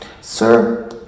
Sir